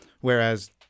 Whereas